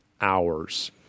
hours